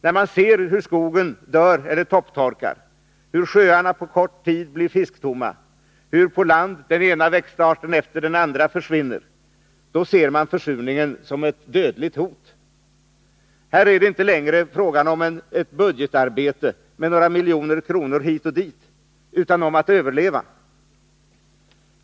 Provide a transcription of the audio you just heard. När man ser hur skogen dör eller topptorkar, hur sjöarna på kort tid blir fisktomma, hur på land den ena växtarten efter den andra försvinner, då ser man försurningen som ett dödligt hot. Här är det inte längre fråga om ett budgetarbete med några miljoner hit och dit, utan om att överleva.